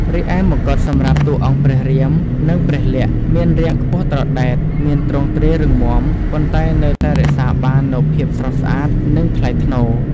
រីឯមកុដសម្រាប់តួអង្គព្រះរាម និងព្រះលក្ខណ៍មានរាងខ្ពស់ត្រដែត មានទ្រង់ទ្រាយរឹងមាំ ប៉ុន្តែនៅតែរក្សាបាននូវភាពស្រស់ស្អាត និងថ្លៃថ្នូរ។